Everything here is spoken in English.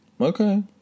Okay